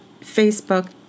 Facebook